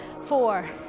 four